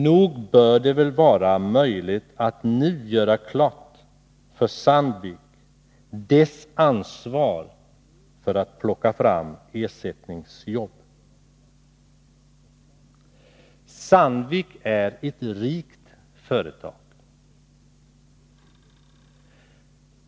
Nog bör det väl vara möjligt att nu göra klart för Sandvik vilket ansvar man har när det gäller att plocka fram ersättningsjobb. Sandvik är ett rikt företag.